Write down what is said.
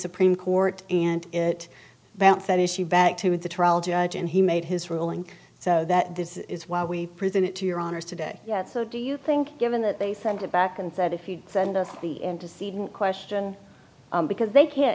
supreme court and it bounced that issue back to the trial judge and he made his ruling so that this is why we present it to your honor's today yet so do you think given that they sent it back and said if you send us the antecedent question because they can't